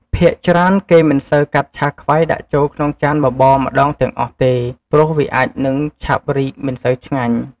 ភាគច្រើនគេមិនសូវកាត់ឆាខ្វៃដាក់ចូលក្មុងចានបបរម្តងទាំងអស់ទេ ព្រោះវាអាចនឹងឆាប់រីកមិនសូវឆ្ញាញ់។